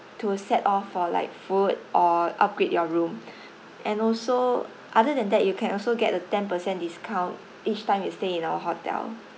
to set off for like food or upgrade your room and also other than that you can also get a ten per cent discount each time you stay in our hotel